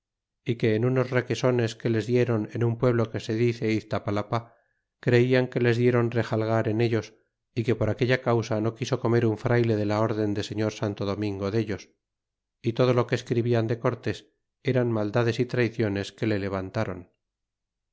que en unos requesones que les diéron en un pueblo que se dice iztapalapa creian que les dieron rejalgar en ellos y que por aquella causa no quiso comer un frayle de la orden de señor santo domingo dellos y todo lo que escribian de cortés eran maldades y traiciones que le levantaron